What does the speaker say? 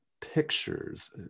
pictures